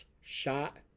shot